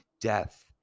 death